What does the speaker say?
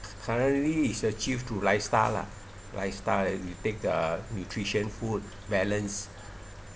currently it's achieved through lifestyle lah lifestyle you take the nutrition food balance